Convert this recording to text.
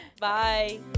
Bye